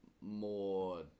more